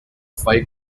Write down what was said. five